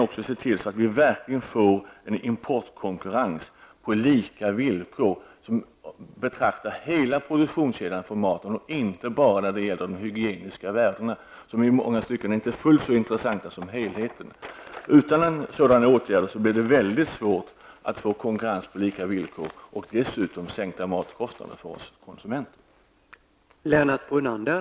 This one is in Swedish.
Det gäller att se till hela produktionskedjan på mat och inte bara på de hygieniska värdena. Dessa är i många avseenden inte fullt lika intressanta som helheten. Utan denna helhetssyn blir det mycket svårt att åstadkomma konkurrens på lika villkor och sänkta matkostnader för oss konsumenter.